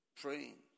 Praying